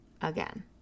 again